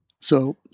So-